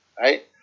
right